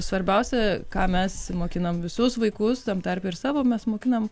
svarbiausia ką mes mokiname visus vaikus tam tarpe ir savo mes mokinam